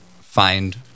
find